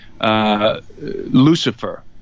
Lucifer